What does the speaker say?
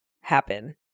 happen